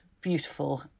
beautiful